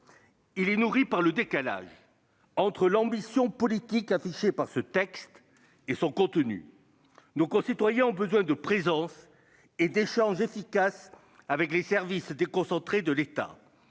nourri par le décalage entre l'ambition politique affichée au travers de ce texte et son contenu. Nos concitoyens ont besoin de présence et d'échanges efficaces avec les services déconcentrés de l'État.